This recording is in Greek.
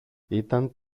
ήταν